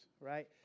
right